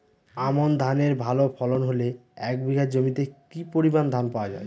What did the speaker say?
আমন ধানের ভালো ফলন হলে এক বিঘা জমিতে কি পরিমান ধান পাওয়া যায়?